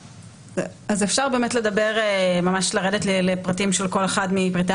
אפשר ממש לרדת לפרטים של כל אחד מפרטי